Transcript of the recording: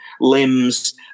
limbs